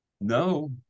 No